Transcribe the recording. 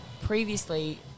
previously